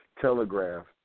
Telegraph